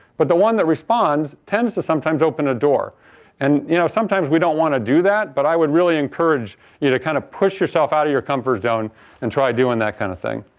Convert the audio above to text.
but the one that responds tends to sometimes open a door and you know sometimes we don't want to do that, but i would really encourage you to kind of push yourself out of your comfort zone and try doing that kind of thing.